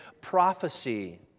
prophecy